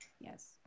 Yes